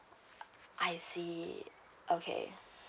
I see okay